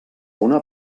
una